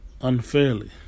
Unfairly